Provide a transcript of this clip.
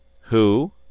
Who